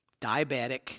diabetic